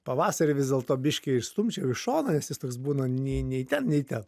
pavasarį vis dėlto biškį išstumčiau į šoną nes jis toks būna nei nei ten nei ten